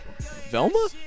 Velma